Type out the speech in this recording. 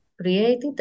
created